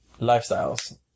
lifestyles